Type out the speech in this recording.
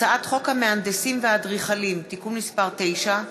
הצעת חוק המהנדסים והאדריכלים (תיקון מס' 9),